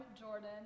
Jordan